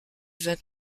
vingt